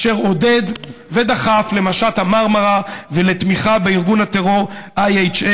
אשר עודד ודחף למשט המרמרה ולתמיכה בארגון הטרור IHH,